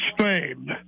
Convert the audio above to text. Spain